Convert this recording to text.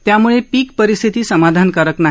त्यामुळे पीक परिस्थिती समाधानकारक नाही